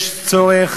יש צורך